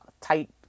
tight